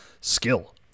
skill